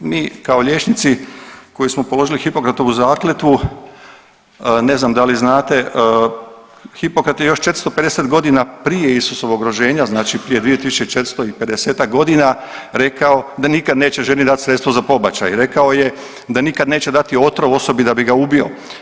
Mi kao liječnici koji smo položili Hipokratovu zakletvu ne znam da li znate, Hipokrat je još 450 godina prije Isusovog rođenja, znači prije 2450-ak godina rekao da nikad neće ženi dati sredstva za pobačaj, rekao je da nikad neće dati otrov osobi da bi ga ubio.